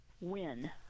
win